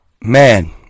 man